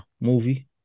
movie